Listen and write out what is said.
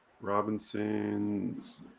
Robinson's